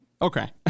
Okay